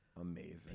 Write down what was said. Amazing